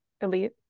elite